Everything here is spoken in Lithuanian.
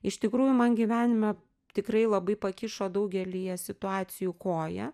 iš tikrųjų man gyvenime tikrai labai pakišo daugelyje situacijų koją